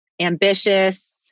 ambitious